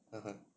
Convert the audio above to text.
mmhmm